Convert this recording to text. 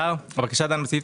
כפי שכתוב בפנייה.